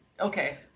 Okay